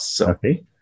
Okay